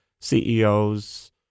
CEOs